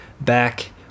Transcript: back